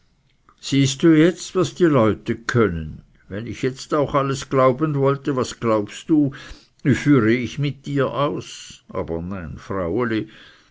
siehst du jetzt was die leute können wenn ich jetzt auch alles glauben wollte was glaubst du wie führe ich mit dir aus aber nein fraueli